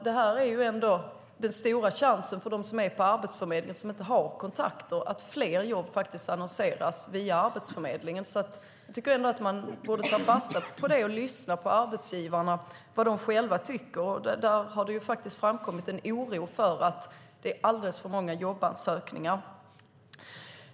Det är den stora chansen för dem som är på Arbetsförmedlingen och som inte har kontakter att fler jobb faktiskt annonseras via Arbetsförmedlingen. Jag tycker ändå att man borde ta fasta på det och lyssna på vad arbetsgivarna själva tycker. Det har faktiskt framkommit en oro för att det är alldeles för många jobbansökningar.